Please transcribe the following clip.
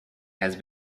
has